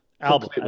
album